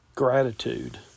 Gratitude